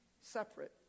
separate